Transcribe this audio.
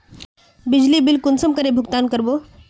बिजली बिल कुंसम करे भुगतान कर बो?